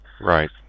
Right